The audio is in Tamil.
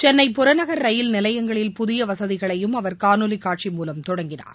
சென்னை புறநகர் ரயில் நிலையங்களில் புதிய வசதிகளையும் அவர் காணொலி காட்சி மூலம் தொடங்கினார்